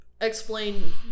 explain